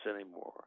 anymore